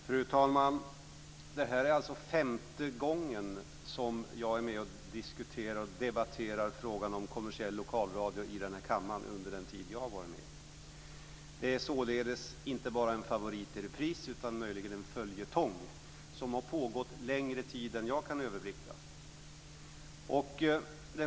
Fru talman! Det här är alltså femte gången som jag är med och debatterar frågan om den kommersiella lokalradion i den här kammaren. Det är således inte bara en favorit i repris utan möjligen också en följetong. Den har pågått längre tid än vad jag kan överblicka.